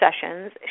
sessions